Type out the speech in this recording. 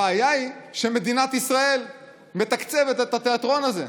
הבעיה היא שמדינת ישראל מתקצבת את התיאטרון הזה.